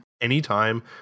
Anytime